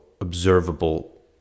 observable